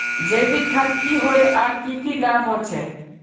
जैविक खाद की होय आर की की लाभ होचे?